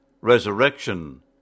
Resurrection